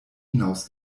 hinaus